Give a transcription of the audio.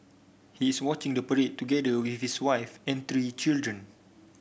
he is watching the parade together with his wife and three children